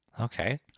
Okay